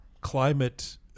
climate